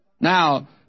Now